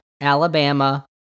Alabama